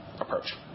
approach